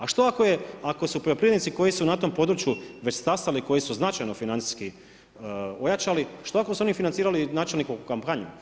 A što ako su poljoprivrednici koji su na tom području već stasali, koji su značajno financijski ojačali, što ako su oni financirali načelnikovu kampanju?